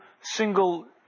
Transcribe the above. single